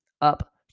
up